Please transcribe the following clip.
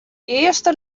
earste